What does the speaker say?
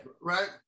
Right